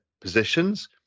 positions